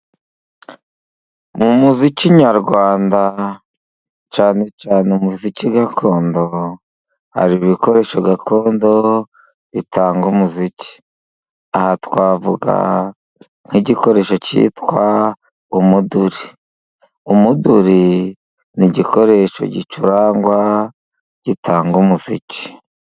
Mu muziki nyarwanda cyane cyane umuziki gakondo, hari ibikoresho gakondo bitanga umuziki. Aha twavuga nk'igikoresho cyitwa umuduri. Umuduri ni igikoresho gicurangwa gitanga umuziki.